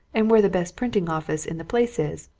and where the best printing office in the place is,